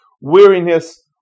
weariness